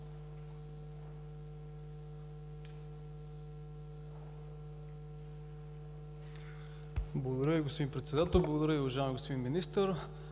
Благодаря Ви, господин Председател. Благодаря Ви, уважаеми господин Министър.